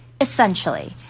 Essentially